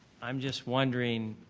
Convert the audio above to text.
i'm just wondering.